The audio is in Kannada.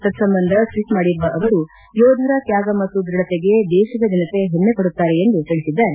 ತತ್ವಂಬಂಧ ಣ್ಷೀಬ್ ಮಾಡಿರುವ ಅವರು ಯೋಧರ ತ್ಯಾಗ ಮತ್ತು ದೃಢತೆಗೆ ದೇಶದ ಜನತೆ ಹೆಮ್ಶೆಪಡುತ್ತಾರೆ ಎಂದು ತಿಳಸಿದ್ದಾರೆ